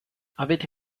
avete